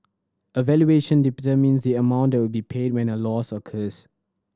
a valuation the amount that will be paid when a loss occurs